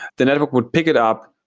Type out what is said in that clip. the network would pick it up,